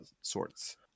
sorts